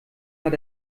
hat